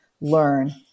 learn